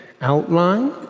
outline